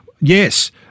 Yes